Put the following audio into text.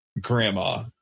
grandma